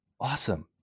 awesome